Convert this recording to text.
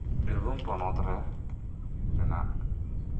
ᱵᱤᱨᱵᱷᱩᱢ ᱯᱚᱱᱚᱛᱨᱮ ᱨᱮᱱᱟᱜ